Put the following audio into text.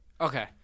Okay